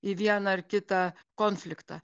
į vieną ar kitą konfliktą